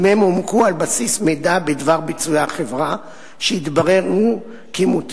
אם הם הוענקו על בסיס מידע בדבר ביצועי החברה שהתברר כמוטעה,